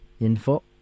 Info